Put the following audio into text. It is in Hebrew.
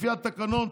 לפי התקנון,